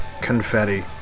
confetti